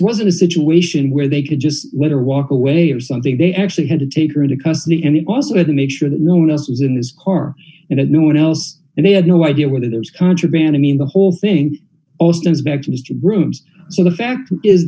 wasn't a situation where they could just let her walk away or something they actually had to take her into custody and also to make sure that no one else was in this car and had no one else and they had no idea whether there was contraband i mean the whole thing all stems back to mr rooms so the fact is